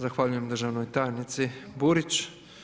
Zahvaljujem državnoj tajnici Burić.